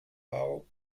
bau